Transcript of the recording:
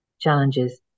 challenges